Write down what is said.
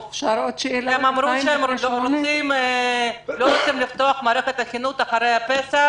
הם אמרו שהם לא רוצים לפתוח את מערכת החינוך אחרי פסח,